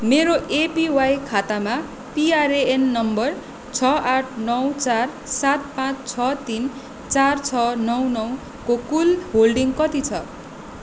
मेरो एपिवाई खातामा पिआरएएन नम्बर छ आठ नौ चार सात पाँच छ तिन चार छ नौ नौ को कुल होल्डिङ कति छ